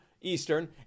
Eastern